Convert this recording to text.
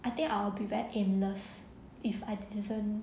I think I will be very aimless if I didn't